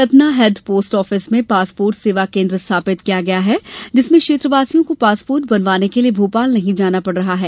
Satna head post office में passport सेवा केंद्र स्थापित किया गया है जिसमें क्षेत्रवासियों को पासपोर्ट बनवाने के लिए भोपाल नहीं जाना पड़ रहा है